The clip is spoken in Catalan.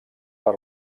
per